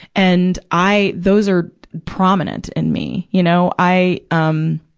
and, i, those are prominent in me, you know? i, um,